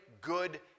good